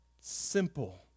simple